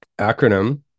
acronym